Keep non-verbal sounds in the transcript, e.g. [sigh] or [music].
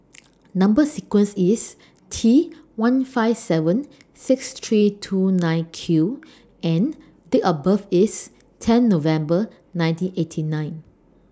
[noise] Number sequence IS T one five seven six three two nine Q and Date of birth IS ten November nineteen eighty nine